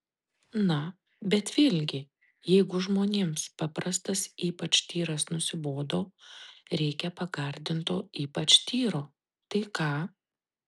na bet vėlgi jeigu žmonėms paprastas ypač tyras nusibodo reikia pagardinto ypač tyro tai ką